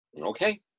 Okay